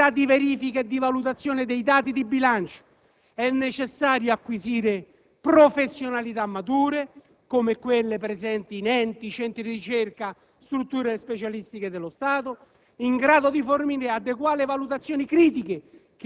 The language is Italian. Se vogliamo veramente rafforzare la capacità di verifica e di valutazione dei dati di bilancio è necessario acquisire professionalità mature, come quelle presenti in enti, centri di ricerca, strutture specialistiche dello Stato,